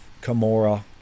Kamora